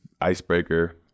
icebreaker